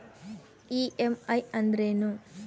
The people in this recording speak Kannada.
ಇ.ಎಮ್.ಐ ಅಂದ್ರೇನು?